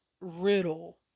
Riddle